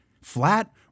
flat